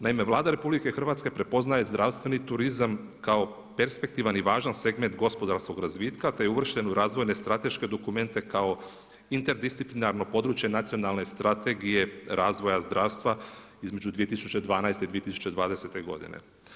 Naime, Vlada RH prepoznaje zdravstveni turizam kao perspektivan i važan segment gospodarskog razvitka, te je uvršten u razvojne strateške dokumente kao interdisciplinarno područje Nacionalne strategije razvoja zdravstva između 2012. i 2020. godine.